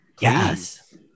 Yes